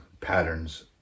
patterns